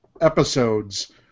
episodes